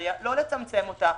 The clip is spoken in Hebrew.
בפריפריה לא לצמצם אותה.